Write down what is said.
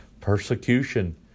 persecution